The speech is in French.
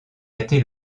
gâté